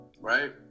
right